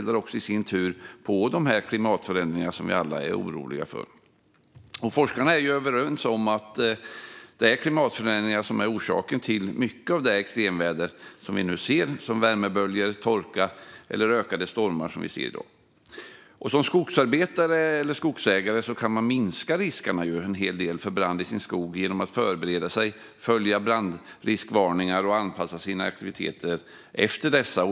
De eldar i sin tur också på de klimatförändringar vi alla är oroliga för. Forskarna är överens om att det är klimatförändringarna som är orsaken till mycket av det extremväder vi nu ser i form av värmeböljor, torka och ökade stormar. Som skogsarbetare eller skogsägare kan man minska riskerna för brand i sin skog en hel del genom att förbereda sig, följa brandriskvarningar och anpassa sina aktiviteter efter dessa.